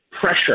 pressure